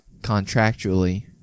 contractually